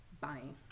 buying